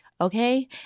okay